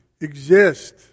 exist